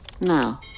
Now